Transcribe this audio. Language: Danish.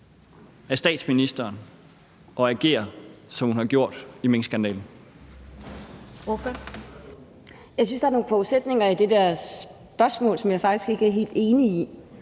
af statsministeren at agere, som hun har gjort i minkskandalen?